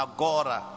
Agora